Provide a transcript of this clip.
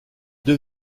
deux